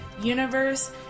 universe